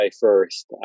first